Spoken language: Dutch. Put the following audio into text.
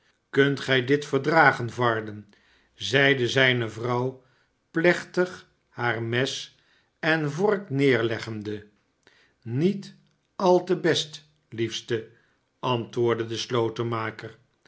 kunt gh dit verdragen varden zeide zijne vrouw p lechtig haar mes en vork neerleggende niet al te best hefste antwoordde de